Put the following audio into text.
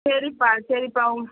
சரிப்பா சரிப்பா உங்கள்